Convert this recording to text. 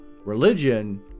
religion